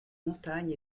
montagnes